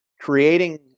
creating